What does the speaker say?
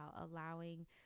allowing